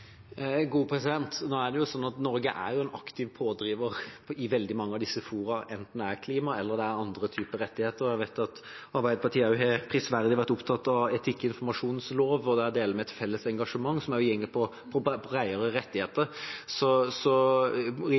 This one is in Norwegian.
Norge er en aktiv pådriver i veldig mange av disse foraene, enten det gjelder klima eller andre typer rettigheter. Jeg vet at Arbeiderpartiet prisverdig har vært opptatt av en etikkinformasjonslov, og der deler vi et felles engasjement som også går på bredere rettigheter.